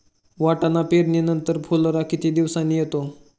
वाटाणा पेरणी नंतर फुलोरा किती दिवसांनी येतो?